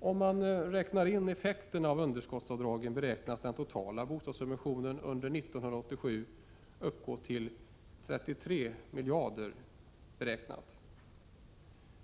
Om man räknar in effekten av underskottsavdragen beräknas den totala bostadssubventionen 1987 uppgå till 33 miljarder. Subventionen